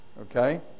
Okay